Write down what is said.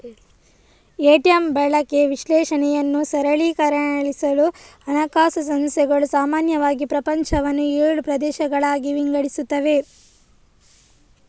ATM ಬಳಕೆ ವಿಶ್ಲೇಷಣೆಯನ್ನು ಸರಳೀಕರಿಸಲು ಹಣಕಾಸು ಸಂಸ್ಥೆಗಳು ಸಾಮಾನ್ಯವಾಗಿ ಪ್ರಪಂಚವನ್ನು ಏಳು ಪ್ರದೇಶಗಳಾಗಿ ವಿಂಗಡಿಸುತ್ತವೆ